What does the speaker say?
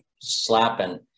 slapping